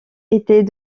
étaient